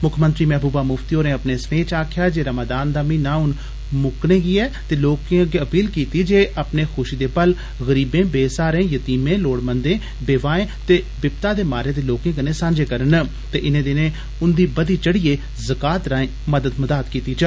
मुक्खमंत्री महबूबा मुफ्ती होरें अपने स्नेह च आक्खेआ जे रमादान दा म्हीना हून मुक्कने गी ऐ ते लोके अग्गे अपील कीती जे अपने खुशी दे पल गरीबें बेसहारें यतीमें लोड़मंदे बेवाए ते विपता दे मारे दे लोके कन्नै सांझे करन ते इने दिने उन्दी बधी चढिए जकात राए मदद मदाद कीती जा